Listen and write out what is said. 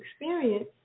experience